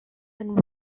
and